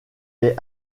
est